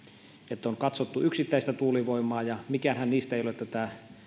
että on katsottu yksittäistä tuulivoimaa ja mikäänhän niistä ei ole